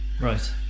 right